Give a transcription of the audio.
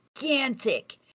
gigantic